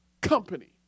company